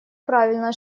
правильно